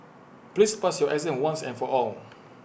please pass your exam once and for all